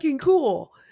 cool